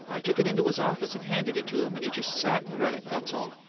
i took it into his office and handed it to him, and he just sat and read it that's all.